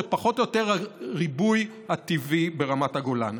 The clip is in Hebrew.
זה פחות או יותר הריבוי הטבעי ברמת הגולן.